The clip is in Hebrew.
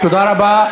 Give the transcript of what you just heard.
תודה רבה.